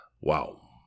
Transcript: Wow